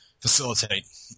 facilitate